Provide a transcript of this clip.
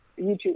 YouTube